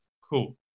Cool